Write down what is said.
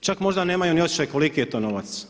čak možda nemaju ni osjećaja koliki je to novac.